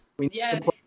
Yes